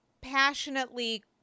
passionately